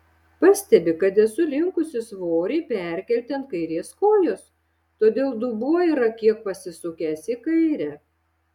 pastebi kad esu linkusi svorį perkelti ant kairės kojos todėl dubuo yra kiek pasisukęs į kairę